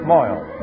Moyle